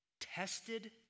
tested